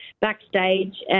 backstage